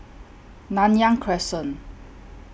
Nanyang Crescent